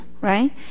right